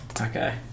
Okay